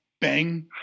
Bang